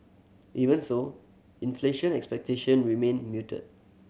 even so inflation expectation remain muted